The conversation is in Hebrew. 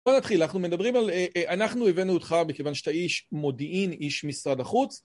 בוא נתחיל, אנחנו מדברים על... אנחנו הבאנו אותך מכיוון שאתה איש מודיעין, איש משרד החוץ.